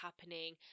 happening